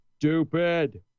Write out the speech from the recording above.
stupid